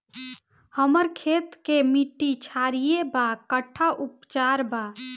हमर खेत के मिट्टी क्षारीय बा कट्ठा उपचार बा?